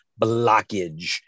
blockage